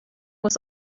was